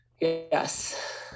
yes